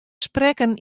sprekken